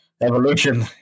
Evolution